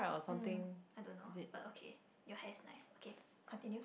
um I don't know but okay your hair is nice okay continue